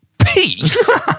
Peace